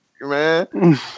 man